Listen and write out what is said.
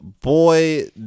boy